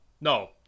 No